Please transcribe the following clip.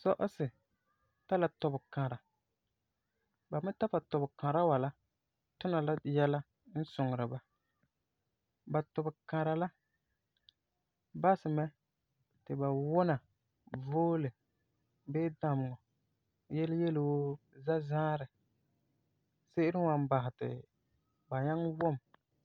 Sɔ'ɔsi tari la tube-kãra. Ba me tari ba tube-kãra wa la tuna la yɛla n suŋeri ba. Ba tube-kãra la basɛ mɛ ti ba wuna voole bii dameŋɔ, yele yele wuu zãzãarɛ, se'ere wan basɛ ti ba nyaŋɛ wum